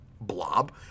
Blob